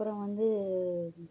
அப்புறம் வந்து